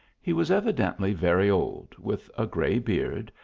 he was evidently very old, with a gray beard,